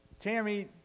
Tammy